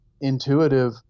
intuitive